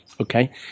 Okay